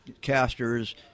casters